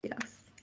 Yes